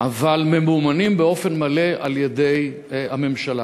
אבל ממומנים באופן מלא על-ידי הממשלה.